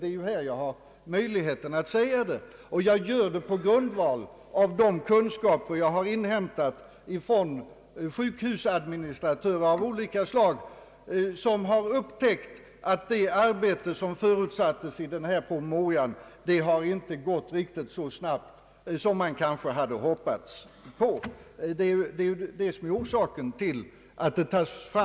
Det är nu jag har möjligheten att säga det, och jag gör det på grundval av de kunskaper jag inhämtat från sjukhusadministratörer av olika slag, vilka har upptäckt att det arbete som förutsatts i januaripromemorian inte gått riktigt så snabbt som man hade hoppats.